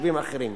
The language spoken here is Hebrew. ליישובים אחרים.